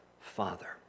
Father